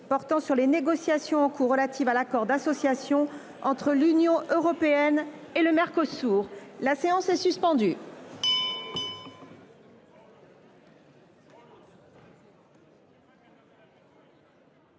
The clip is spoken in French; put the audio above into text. portant sur les négociations en cours relatives à l’accord d’association entre l’Union européenne et le Mercosur, en application de